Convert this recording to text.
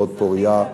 מאוד פורייה,